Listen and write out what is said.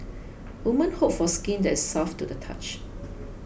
women hope for skin that is soft to the touch